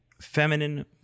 feminine